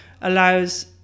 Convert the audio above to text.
allows